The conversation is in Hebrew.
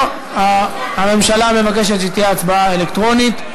לא, הממשלה מבקשת שתהיה הצבעה אלקטרונית.